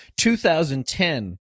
2010